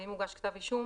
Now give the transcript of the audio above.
ואם הוגש כתב אישום